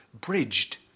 bridged